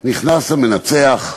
נכנס המנצח,